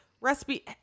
recipe